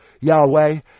Yahweh